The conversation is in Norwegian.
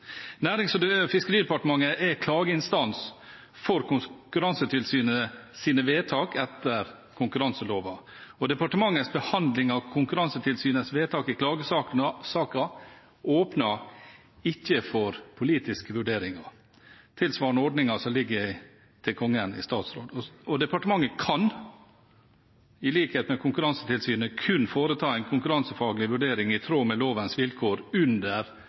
Nærings- og fiskeridepartementet er klageinstans for Konkurransetilsynets vedtak etter konkurranseloven. Departementets behandling av Konkurransetilsynets vedtak i klagesaker åpner ikke for politiske vurderinger, tilsvarende ordningen som ligger til Kongen i statsråd. Departementet kan, i likhet med Konkurransetilsynet, kun foreta en konkurransefaglig vurdering i tråd med lovens vilkår under